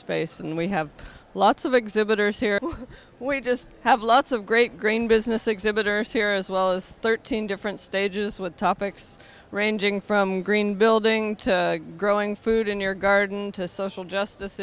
space and we have lots of exhibitors here we just have lots of great green business exhibitors here as well as thirteen different stages with topics ranging from green building to growing food in your garden to social justice